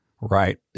Right